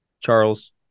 Charles